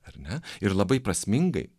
ar ne ir labai prasmingai